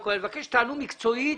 אני מבקש שתענו מקצועית